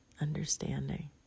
understanding